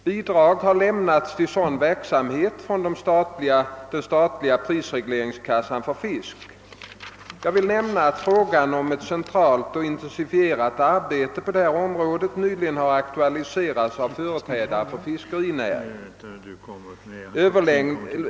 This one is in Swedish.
Bidrag har lämnats till sådan verksamhet från den statliga prisregleringskassan för fisk. Jag vill nämna att frågan om ett centraliserat och intensifierat arbete på detta område nyligen har aktualiserats av företrädare för fiskerinäringen.